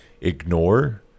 ignore